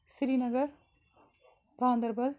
Srinagar Ganderbal